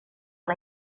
una